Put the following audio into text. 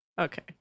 Okay